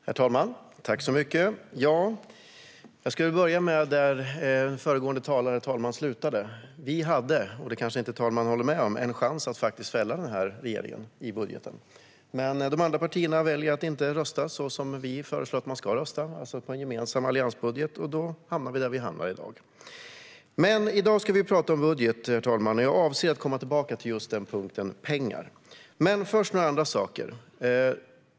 Herr talman! Jag skulle vilja börja där föregående talare slutade. Vi hade, vilket talaren kanske inte håller med om, en chans att faktiskt fälla regeringens budget. Men de andra partierna valde att inte rösta så som vi föreslog, det vill säga på en gemensam alliansbudget, och då hamnade vi där vi är i dag. I dag ska vi tala om budget, herr talman, och jag avser att komma tillbaka till just punkten om pengar. Men först vill jag tala om några andra saker.